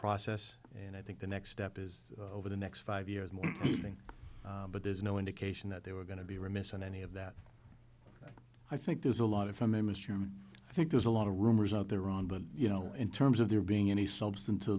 process and i think the next step is over the next five years but there's no indication that they were going to be remiss on any of that i think there's a lot of from a mystery i think there's a lot of rumors out there on but you know in terms of there being any substance to